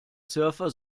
surfer